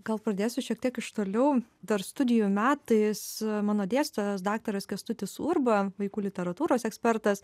gal pradėsiu šiek tiek iš toliau dar studijų metais mano dėstytojas daktaras kęstutis urba vaikų literatūros ekspertas